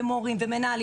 את המורים והמנהלים.